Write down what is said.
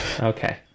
Okay